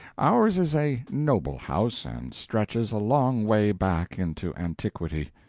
ours is a noble house, and stretches a long way back into antiquity.